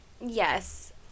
Yes